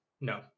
No